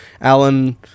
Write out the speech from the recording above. Alan